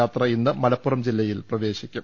യാത്ര ഇന്ന് മലപ്പുറം ജില്ലയിൽ പ്രവേശിക്കും